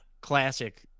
classic